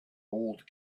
old